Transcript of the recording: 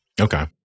Okay